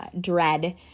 dread